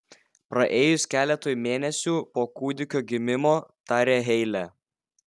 praėjus keletui mėnesių po kūdikio gimimo tarė heile